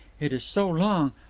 it is so long,